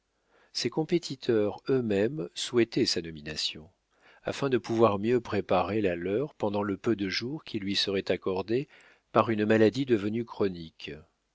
ses compétiteurs eux-mêmes souhaitaient sa nomination afin de pouvoir mieux préparer la leur pendant le peu de jours qui lui seraient accordés par une maladie devenue chronique